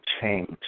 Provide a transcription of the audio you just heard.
change